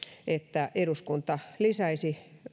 että eduskunta lisäisi